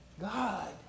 God